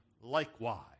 likewise